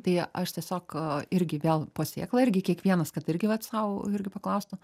tai aš tiesiog irgi vėl po sėklą irgi kiekvienas kad irgi vat sau irgi paklaustų